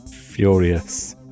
Furious